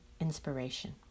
inspiration